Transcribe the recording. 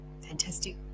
fantastic